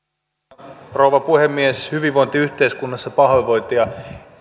arvoisa rouva puhemies hyvinvointiyhteiskunnassa pahoinvointiin